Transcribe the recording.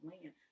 land